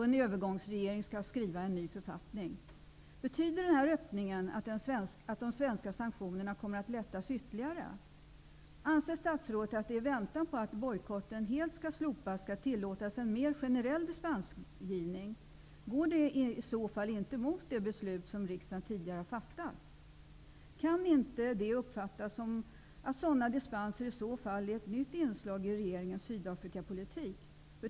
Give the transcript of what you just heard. En övergångsregering skall skriva en ny författning. Betyder den här öppningen att de svenska sanktionerna kommer att lättas ytterligare? Anser statsrådet att det, i väntan på att bojkotten helt skall slopas, skall tillåtas en mer generell dispensgivning? Går det i så fall inte emot det beslut som riksdagen tidigare har fattat? Kan inte det uppfattas som att svenska dispenser i så fall är nytt inslag i regeringens Sydafrikapolitik?